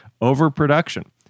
overproduction